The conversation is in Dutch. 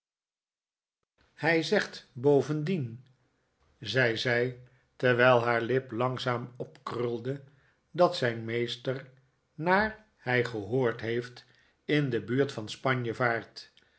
hij zegt bovendien zei zij terwijl haar lip langzaam opkrulde dat zijn meester naar hij gehoord heeft in de buurt van spanje vaart